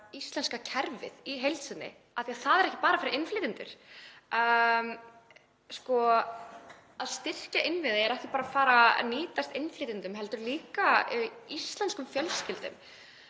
íslenska kerfið í heild sinni af því að það er ekki bara fyrir innflytjendur. Það að styrkja innviði er ekki bara fara að nýtast innflytjendum heldur líka íslenskum fjölskyldum.